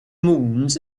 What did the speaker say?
moons